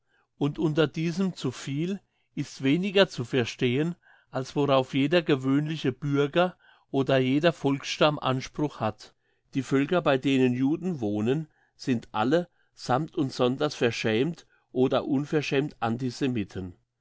und unter diesem zuviel ist weniger zu verstehen als worauf jeder gewöhnliche bürger oder jeder volksstamm anspruch hat die völker bei denen juden wohnen sind alle sammt und sonders verschämt oder unverschämt antisemiten das